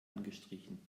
angestrichen